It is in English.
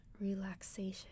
relaxation